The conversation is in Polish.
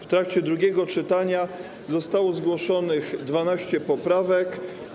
W trakcie drugiego czytania zostało zgłoszonych 12. poprawek.